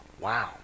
Wow